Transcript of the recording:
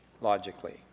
logically